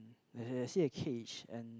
I just see a cage and